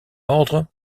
ordre